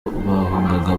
bahungaga